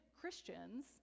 Christians